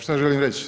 Šta želim reć?